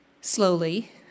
slowly